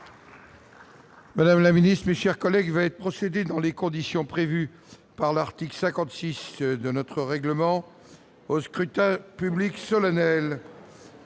Madame la ministre, mes chers collègues, il va être procédé, dans les conditions prévues par l'article 56 du règlement, au scrutin public solennel